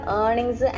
earnings